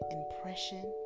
impression